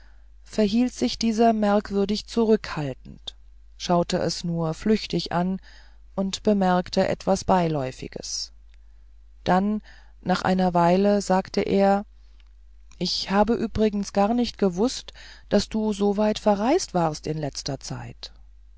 verhielt sich dieser merkwürdig zurückhaltend schaute es nur flüchtig an und bemerkte etwas beiläufiges dann nach einer weile sagte er ich habe übrigens gar nicht gewußt daß du soweit verreist warst in der letzten zeit